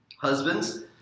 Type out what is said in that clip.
Husbands